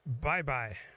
Bye-bye